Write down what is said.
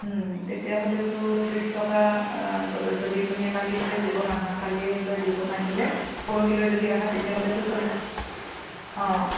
তেতিয়াহ'লেতো ত্ৰিছ টকা যদি তুমি কালিলৈ দিব নাহা কালিলৈ দিব নাহিলে পৰহিলৈ যদি আহা তেতিয়াহ'লেতো